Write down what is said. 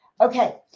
Okay